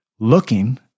looking